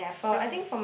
okay